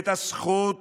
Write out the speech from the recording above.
את הזכות